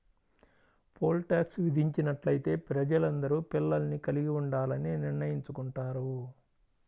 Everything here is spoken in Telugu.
పోల్ టాక్స్ విధించినట్లయితే ప్రజలందరూ పిల్లల్ని కలిగి ఉండాలని నిర్ణయించుకుంటారు